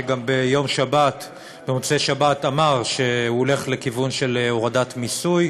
שגם במוצאי-שבת אמר שהוא הולך לכיוון של הורדת מיסוי.